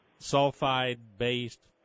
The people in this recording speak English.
sulfide-based